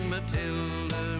Matilda